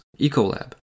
Ecolab